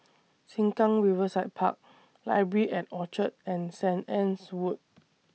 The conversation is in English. Sengkang Riverside Park Library At Orchard and Sanit Anne's Wood